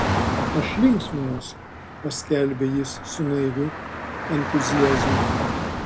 aš linksminuosi paskelbė jis su naiviu entuziazmu